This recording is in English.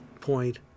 point